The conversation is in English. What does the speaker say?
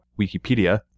wikipedia